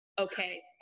okay